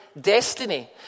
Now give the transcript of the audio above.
destiny